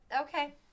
Okay